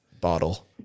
bottle